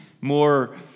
more